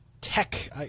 tech